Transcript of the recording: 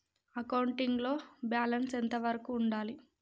Accounting లో balance ఎంత వరకు ఉండాలి?